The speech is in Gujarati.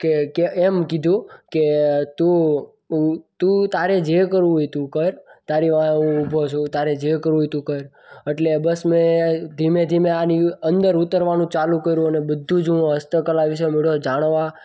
કે કે એ એમ કીધું કે તું તું તારે જે કરવું હોય તું કર તારી વાંહે હું ઉભો છું તારે જે કરવું હોય એ તું કર એટલે બસ મેં ધીમે ધીમે આની અંદર ઉતરવાનું ચાલુ કર્યું અને બધું જ હું હસ્તકલા વિશે જાણવા